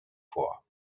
vor